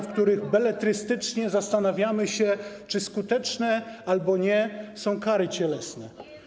w których beletrystycznie zastanawiamy się, czy skuteczne albo nie są kary cielesne.